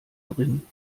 drin